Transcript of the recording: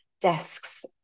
desks